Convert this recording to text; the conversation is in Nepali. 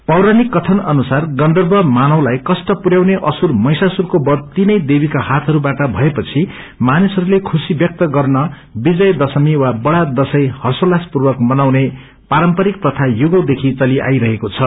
पौराणिक कथन अनुसार गन्धव मानवलाई कष्ट पुन्याउने असूर महिषासूरको वध तीनैदेवीको हातहरूबाट भएपछि मानिसहरूले खुशी व्यक्त गर्न विजय दशमी वा बड़ा दशैं हषोल्लासपूर्वक मनाउने पारम्परिक प्रथा युगौंदेखि चलिआईरहेको छ